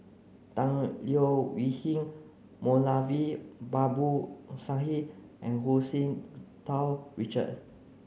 Tan Leo Wee Hin Moulavi Babu Sahib and Hu Tsu Tau Richard